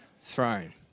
throne